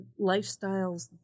lifestyles